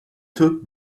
took